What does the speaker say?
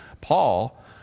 Paul